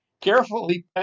carefully